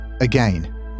Again